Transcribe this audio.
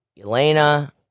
Elena